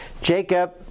Jacob